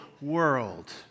world